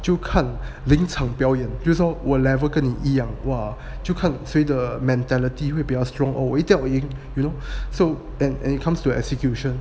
就看临场表演就是说我 level 跟一样 !wah! 就看谁的 mentality 会比较 strong 我一定要我赢 you know so and and it comes to execution